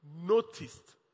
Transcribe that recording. noticed